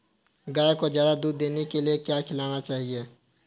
गाय को ज्यादा दूध देने के लिए क्या खिलाना चाहिए?